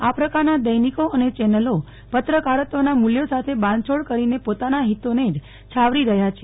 આ પ્રકારના દૈનિકો અને ચેનલો પત્રકારત્વના મુલ્યો સાથે બાંધછોડ કરીને પોતાના હિતોને જ છાવરી રહ્યા છે